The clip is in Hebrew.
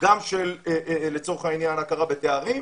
גם של הכרה בתארים.